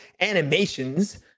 animations